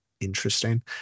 Interesting